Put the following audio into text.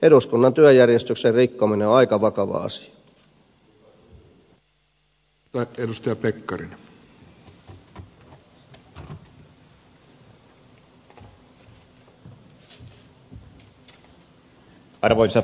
eduskunnan työjärjestyksen rikkominen on aika vakava asia